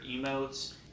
emotes